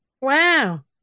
Wow